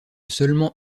seulement